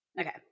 Okay